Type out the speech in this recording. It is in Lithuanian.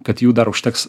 kad jų dar užteks